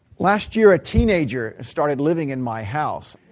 last year a teenager started living in my house,